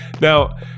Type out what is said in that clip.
Now